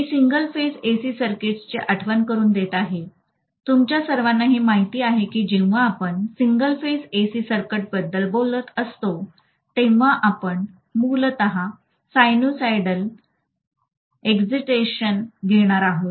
मी single phase AC सर्किट्सची आठवण करुन देत आहे तुमच्या सर्वांना हे माहित आहे की जेव्हा आपण सिंगल फेज एसी सर्किटबद्दल बोलत असतो तेव्हा आपण मूलत सायनुसायडल एक्झीटेशन घेणार आहोत